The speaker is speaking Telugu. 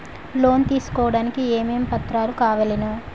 లోన్ తీసుకోడానికి ఏమేం పత్రాలు కావలెను?